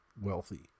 wealthy